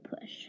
push